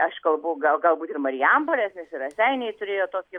aš kalbu gal galbūt ir marijampolės nes ir raseiniai turėjo tokį